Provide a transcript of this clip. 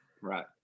Right